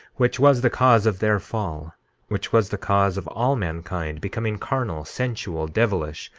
which was the cause of their fall which was the cause of all mankind becoming carnal, sensual, devilish,